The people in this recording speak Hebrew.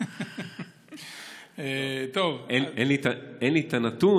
אין לי את הנתון.